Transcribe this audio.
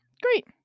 great